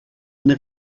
une